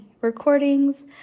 recordings